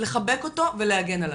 לחבק אותו ולהגן עליו.